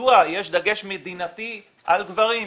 מדוע יש דגש מדינתי על גברים.